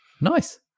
nice